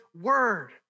word